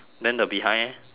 then the behind eh